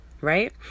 Right